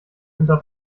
unter